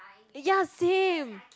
ya same